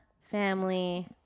family